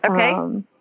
Okay